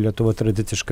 lietuva tradiciškai